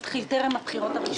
הגרעון התחיל טרם הבחירות הראשונות.